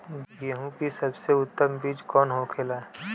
गेहूँ की सबसे उत्तम बीज कौन होखेला?